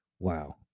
Wow